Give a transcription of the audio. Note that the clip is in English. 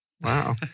Wow